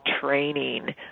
training